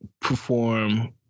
perform